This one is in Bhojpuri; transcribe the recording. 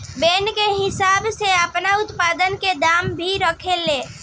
बने के हिसाब से आपन उत्पाद के दाम भी रखे ले